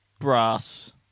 brass